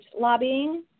lobbying